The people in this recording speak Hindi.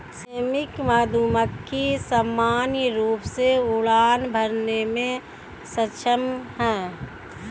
श्रमिक मधुमक्खी सामान्य रूप से उड़ान भरने में सक्षम हैं